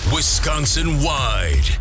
Wisconsin-wide